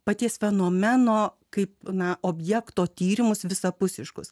paties fenomeno kaip na objekto tyrimus visapusiškus